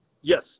Yes